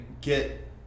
get